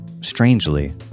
strangely